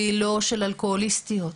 ולאו דווקא של אלכוהוליסטיות.